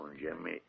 Jimmy